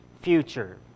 future